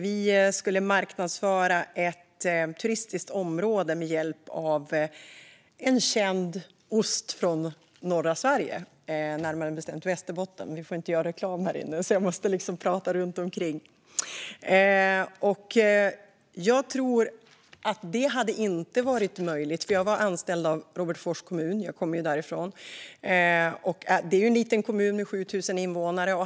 Vi skulle marknadsföra ett turistiskt område med hjälp av en känd ost från norra Sverige, närmare bestämt Västerbotten. Vi får inte göra reklam här inne, så jag måste liksom prata runt omkring. Jag var anställd av Robertsfors kommun - jag kommer därifrån. Det är en liten kommun med 7 000 invånare.